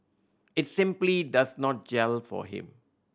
it simply does not gel for him